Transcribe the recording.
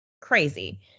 crazy